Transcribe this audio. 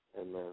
Amen